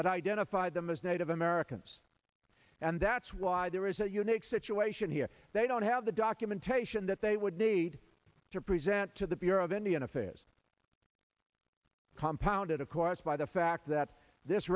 that identified them as native americans and that's why there is a unique situation here they don't have the documentation that they would need to present to the bureau of indian that is compounded of course by the fact that this